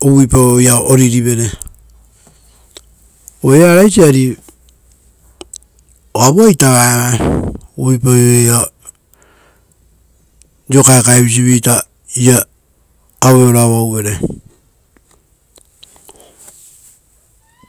uvupau oira oririvere. Uva araisi, oavuaita va eva uvuipau riro kaekaevisita aueoro avauvere.